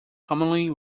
commonly